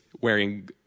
wearing